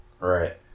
right